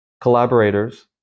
collaborators